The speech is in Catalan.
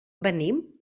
venim